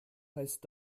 heißt